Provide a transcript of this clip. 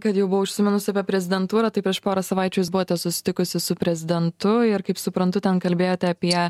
kad jau buvau užsiminus apie prezidentūrą tai prieš porą savaičių jūs buvote susitikusi su prezidentu ir kaip suprantu ten kalbėjote apie